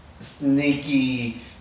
Sneaky